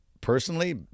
personally